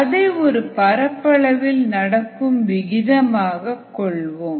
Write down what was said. அதை ஒரு பரப்பளவில் நடக்கும் விகிதமாக கொள்வோம்